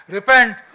Repent